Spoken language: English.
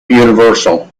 universal